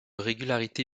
régularité